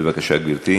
בבקשה, גברתי.